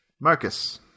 Marcus